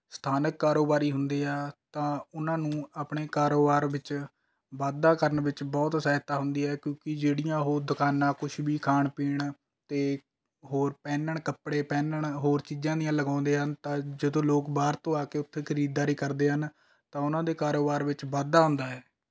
ਸਥਾਨਕ ਕਾਰੋਬਾਰੀ ਹੁੰਦੇ ਹੈ ਤਾਂ ਉਨ੍ਹਾਂ ਨੂੰ ਆਪਣੇ ਕਾਰੋਬਾਰ ਵਿੱਚ ਵਾਧਾ ਕਰਨ ਵਿੱਚ ਬਹੁਤ ਸਹਾਇਤਾ ਹੁੰਦੀ ਹੈ ਕਿਉਂਕਿ ਜਿਹੜੀਆਂ ਉਹ ਦੁਕਾਨਾਂ ਕੁਛ ਵੀ ਖਾਣ ਪੀਣ ਅਤੇ ਹੋਰ ਪਹਿਨਣ ਕੱਪੜੇ ਪਹਿਨਣ ਹੋਰ ਚੀਜ਼ਾਂ ਦੀਆਂ ਲਗਾਉਂਦੇ ਹਨ ਤਾਂ ਜਦੋਂ ਲੋਕ ਬਾਹਰ ਤੋਂ ਆ ਕੇ ਉੱਥੇ ਖਰੀਦਦਾਰੀ ਕਰਦੇ ਹਨ ਤਾਂ ਉਨ੍ਹਾਂ ਦੇ ਕਾਰੋਬਾਰ ਵਿੱਚ ਵਾਧਾ ਹੁੰਦਾ ਹੈ